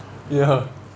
ya